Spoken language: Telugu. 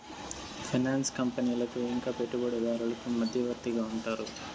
ఫైనాన్స్ కంపెనీలకు ఇంకా పెట్టుబడిదారులకు మధ్యవర్తిగా ఉంటారు